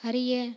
அறிய